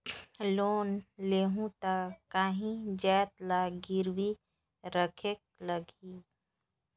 Loan लेहूं ता काहीं जाएत ला गिरवी रखेक लगही?